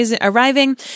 arriving